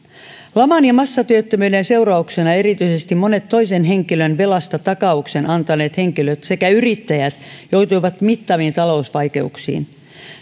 laman ja massatyöttömyyden seurauksena erityisesti monet toisen henkilön velasta takauksen antaneet henkilöt sekä yrittäjät joutuivat mittaviin talousvaikeuksiin